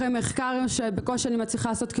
אחרי מחקר שבקושי אני מצליחה לעשות,